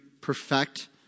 perfect